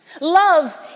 Love